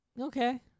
Okay